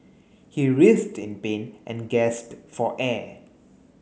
he writhed in pain and gasped for air